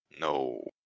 No